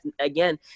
again